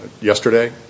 yesterday